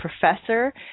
professor